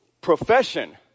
profession